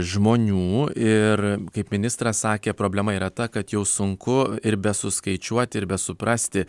žmonių ir kaip ministras sakė problema yra ta kad jau sunku ir besuskaičiuoti ir besuprasti